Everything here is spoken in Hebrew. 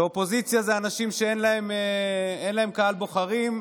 האופוזיציה זה אנשים שאין להם קהל בוחרים,